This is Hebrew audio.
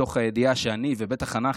מתוך הידיעה שאני, ובטח אנחנו,